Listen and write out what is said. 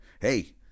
Hey